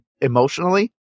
emotionally